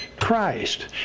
Christ